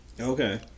Okay